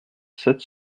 sept